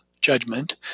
judgment